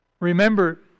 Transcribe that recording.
Remember